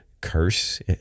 curse